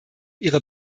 ihre